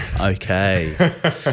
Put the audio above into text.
Okay